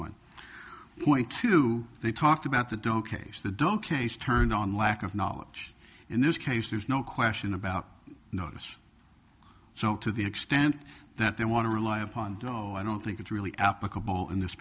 one point two they talked about the don't case the don't case turned on lack of knowledge in this case there's no question about notice so to the extent that they want to rely upon oh i don't think it's really applicable in this